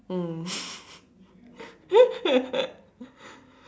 mm